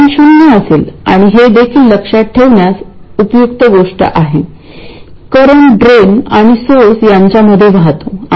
current factor अपेक्षेपेक्षा लहान आहे VGS वाढतो आहे